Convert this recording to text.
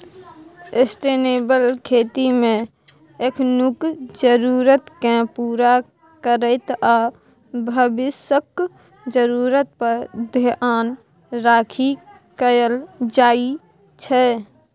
sustainable खेतीमे एखनुक जरुरतकेँ पुरा करैत आ भबिसक जरुरत पर धेआन राखि कएल जाइ छै